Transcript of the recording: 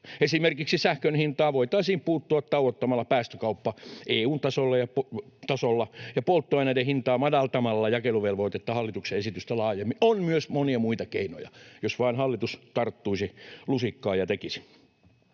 Esimerkiksi sähkön hintaan voitaisiin puuttua tauottamalla päästökauppa EU:n tasolla ja polttoaineiden hintaan madaltamalla jakeluvelvoitetta hallituksen esitystä laajemmin. On myös monia muita keinoja, jos vain hallitus tarttuisi lusikkaan ja tekisi.